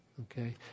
okay